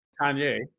Kanye